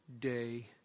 day